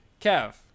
Kev